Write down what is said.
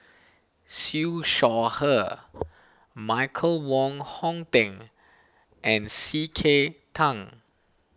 Siew Shaw Her Michael Wong Hong Teng and C K Tang